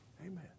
Amen